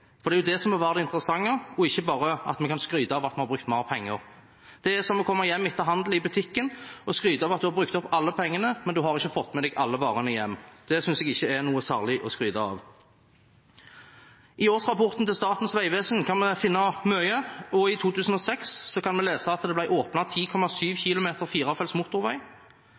satsingen? Det er jo det som må være det interessante, og ikke bare at man kan skryte av at man har brukt mer penger. Det er som å komme hjem etter handel i butikken og skryte av at man har brukt opp alle pengene, men ikke har fått med seg alle varene hjem. Det synes jeg ikke er noe særlig å skryte av. I årsrapportene til Statens vegvesen kan man finne mye, og i 2006 kan vi lese at det ble åpnet 10,7